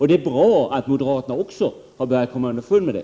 Det är bra att också moderaterna har börjat komma underfund med det.